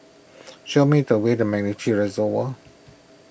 show me the way to MacRitchie Reservoir